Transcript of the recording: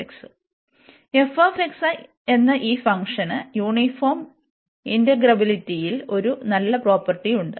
f എന്ന ഈ ഫംഗ്ഷന് യൂണിഫോം ഇന്റെഗ്രേബിലിറ്റിയിൽ ഒരു നല്ല പ്രോപ്പർട്ടിയുണ്ട്